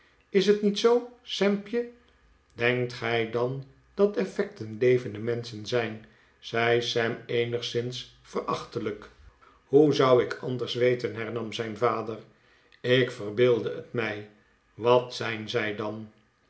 is het niet zoo sampje denkt gij dan dat effecten levende menschen zijn zei sam eenigszins verachtelijk hoe zou ik anders weten hernam zijn vader ik verbeeldde het mij wat zijn zij dan